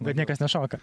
bet niekas nešoka